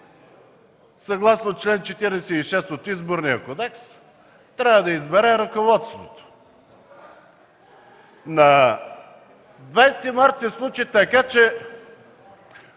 съгласно чл. 46 от Изборния кодекс трябва да избере ръководството. На 20 март се случи така, че